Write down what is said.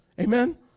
Amen